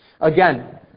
Again